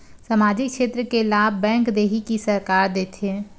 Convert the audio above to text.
सामाजिक क्षेत्र के लाभ बैंक देही कि सरकार देथे?